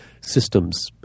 systems